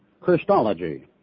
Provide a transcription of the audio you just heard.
Christology